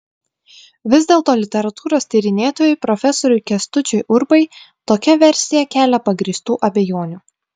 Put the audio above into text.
vis dėlto literatūros tyrinėtojui profesoriui kęstučiui urbai tokia versija kelia pagrįstų abejonių